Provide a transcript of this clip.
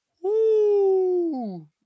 Woo